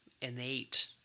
innate